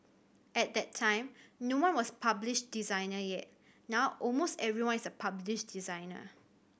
at that time no one was a published designer yet now almost everyone is a published designer